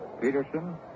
Peterson